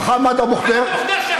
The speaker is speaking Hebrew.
מוחמד אבו ח'דיר,